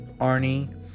Arnie